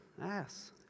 Yes